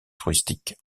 touristique